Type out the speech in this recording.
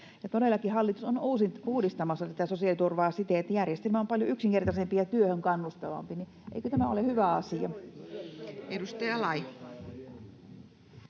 todellakin hallitus on uudistamassa tätä sosiaaliturvaa siten, että järjestelmä on paljon yksinkertaisempi ja työhön kannustavampi. Eikö tämä ole hyvä asia?